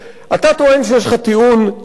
אתה טוען שיש לך טיעון טוב,